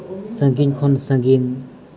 ᱥᱟᱺᱜᱤᱧ ᱠᱷᱚᱱ ᱥᱟᱺᱜᱤᱧ